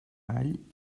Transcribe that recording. all